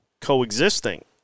coexisting